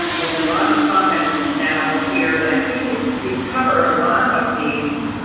there's a lot of comments now here that i think we've we've covered a lot of these